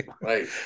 right